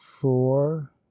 four